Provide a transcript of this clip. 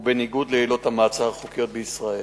ובניגוד לעילות המעצר החוקיות בישראל.